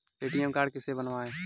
ATM card कैसे बनवाएँ?